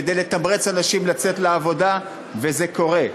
כדי לתמרץ אנשים לצאת לעבודה, וזה קורה,